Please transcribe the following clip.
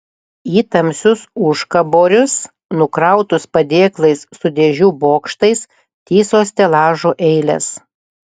į tamsius užkaborius nukrautus padėklais su dėžių bokštais tįso stelažų eilės